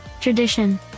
tradition